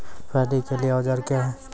Paddy के लिए औजार क्या हैं?